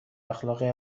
اخلاقی